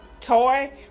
toy